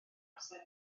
amser